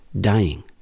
dying